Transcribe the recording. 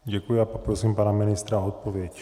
Děkuji a poprosím pana ministra o odpověď.